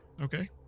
Okay